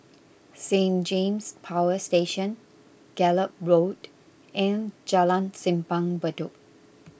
Saint James Power Station Gallop Road and Jalan Simpang Bedok